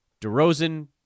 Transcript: DeRozan